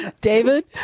David